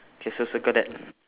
K so circle that